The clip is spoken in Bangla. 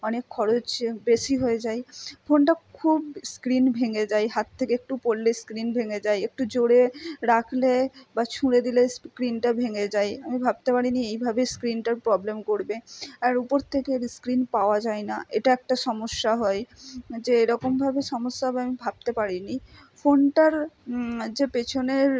অনেক খরচ বেশি হয়ে যায় ফোনটা খুব স্ক্রিন ভেঙে যায় হাত থেকে একটু পড়লে স্ক্রিন ভেঙে যায় একটু জোরে রাখলে বা ছুঁড়ে দিলে স্ক্রিনটা ভেঙে যায় আমি ভাবতে পারি নি এইভাবে স্ক্রিনটার প্রবলেম করবে আর উপর থেকে এর স্ক্রিন পাওয়া যায় না এটা একটা সমস্যা হয় যে এরকমভাবে সমস্যা হবে আমি ভাবতে পারি নি ফোনটার যে পেছনের